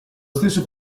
stesso